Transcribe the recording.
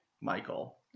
Michael